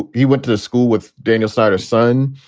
he went to school with daniel snyder son.